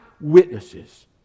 witnesses